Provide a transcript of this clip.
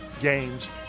games